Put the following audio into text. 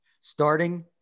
starting